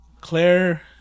Claire